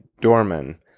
Dorman